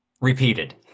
repeated